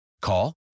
Call